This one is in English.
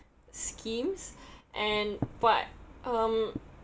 schemes and what um